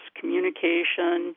communication